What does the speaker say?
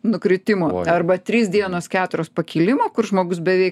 nukritimo arba trys dienos keturios pakilimo kur žmogus beveik